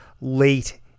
late